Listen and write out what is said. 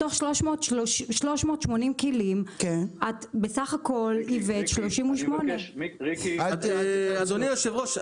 מתוך 380 כלים בסך הכול ייבאת 38. אדוני היושב-ראש,